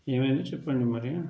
ఏమైంది చెప్పండి మరి